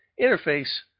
interface